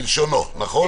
כלשונו, נכון?